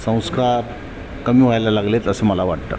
संस्कार कमी व्हायला लागले आहेत असं मला वाटतं